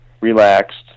relaxed